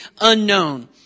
unknown